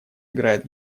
играет